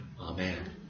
Amen